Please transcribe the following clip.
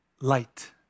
light